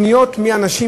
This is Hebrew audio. פניות מאנשים,